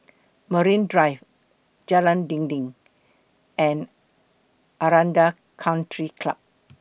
Marine Drive Jalan Dinding and Aranda Country Club